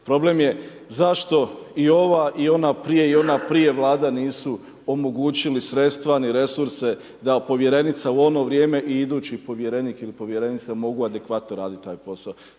Problem je zašto i ova i ona prije i ona prije Vlada nisu omogućili sredstva ni resurse da povjerenica u ono vrijeme i idući povjerenik ili povjerenik, mogu adekvatno raditi taj posao,